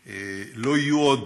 שלא יהיו עוד,